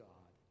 God